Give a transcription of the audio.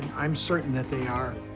i'm certain that they are.